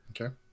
Okay